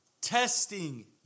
testing